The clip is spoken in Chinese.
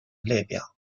列表